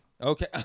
Okay